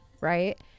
right